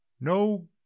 No